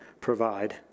provide